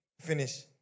finish